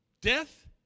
Death